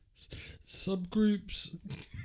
Subgroups